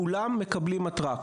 כולם מקבלים התרעה.